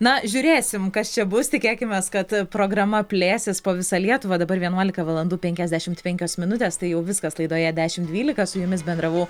na žiūrėsim kas čia bus tikėkimės kad programa plėsis po visą lietuvą dabar vienuolika valandų penkiasdešimt penkios minutės tai jau viskas laidoje dešimt dvylika su jumis bendravau